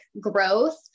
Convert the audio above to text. growth